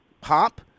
Pop